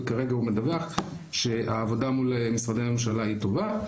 וכרגע הוא מדווח שהעבודה מול משרדי הממשלה היא טובה.